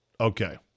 Okay